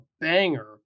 banger